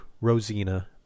Rosina